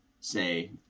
say